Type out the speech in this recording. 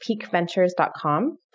peakventures.com